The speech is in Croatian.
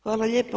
Hvala lijepo.